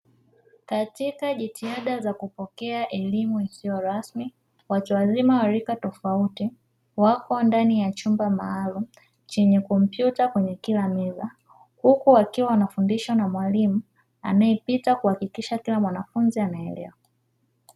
Katika jitihada za kupokea elimu isiyo rasmi, watu wazima wa rika tofauti wako ndani ya chumba maalum chenye kompyuta kwenye kila meza, huku wakiwa wanafundishwa na mwalimu anayepita kuhakikisha kila mwanafunzi anaelewa.